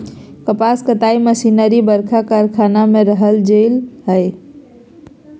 कपास कताई मशीनरी बरका कारखाना में रखल जैय हइ